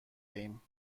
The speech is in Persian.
ایم